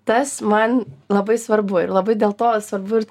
tas man labai svarbu ir labai dėl to svarbu